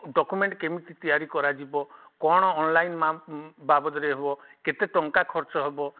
document କେମିତି ତିଆରି କରାଯିବ କ'ଣ ଅନଲାଇନ୍ ବାବଦରେ ହେବ କେତେ ଟଙ୍କା ଖର୍ଚ୍ଚ ହେବ